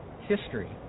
history